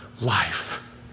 life